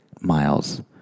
miles